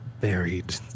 buried